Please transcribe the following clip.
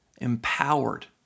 empowered